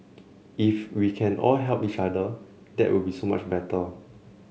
if we can all help each other that would be so much better